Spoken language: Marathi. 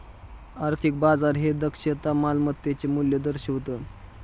आर्थिक बाजार हे दक्षता मालमत्तेचे मूल्य दर्शवितं